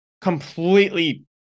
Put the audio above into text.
completely